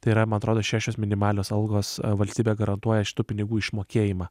tai yra man atrodo šešios minimalios algos valstybė garantuoja šitų pinigų išmokėjimą